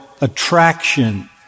attraction